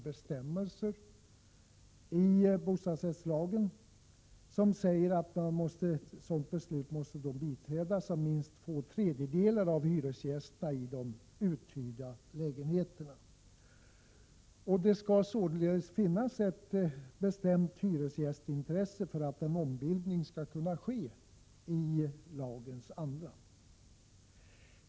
Bestämmelserna säger att sådant beslut måste biträdas av minst två tredjedelar av hyresgästerna i de uthyrda lägenheterna. Det skall således finnas ett bestämt hyresgästintresse för att en ombildning skall kunna ske i lagens anda.